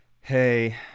Hey